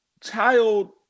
child